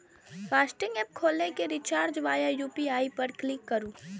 FASTag app खोलि कें recharge वाया यू.पी.आई पर क्लिक करू